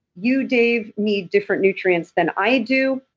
you, dave, need different nutrients than i do,